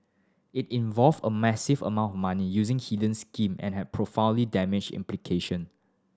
it involved a massive amount of money using hidden scheme and had profoundly damaging implication